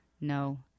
No